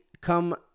come